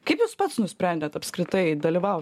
kaip jūs pats nusprendėt apskritai dalyvauti